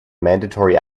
mandatory